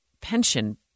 pension